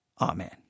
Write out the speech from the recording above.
amen